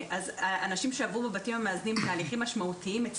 אנשים שעברו תהליכים משמעותיים בבתים המאזנים,